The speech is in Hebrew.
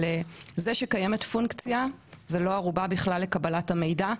זה שקיימת פונקציה זה לא ערובה בכלל לקבלת המידע.